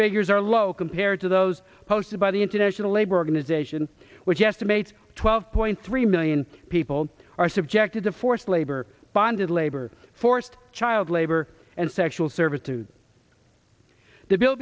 figures are low compared to those posted by the international labor organization which estimates twelve point three million people are subjected to forced labor bonded labor forced child labor and sexual servitude the bill